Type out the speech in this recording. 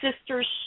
sister's